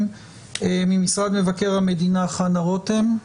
ממשרד מבקר המדינה חנה רותם.